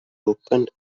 opened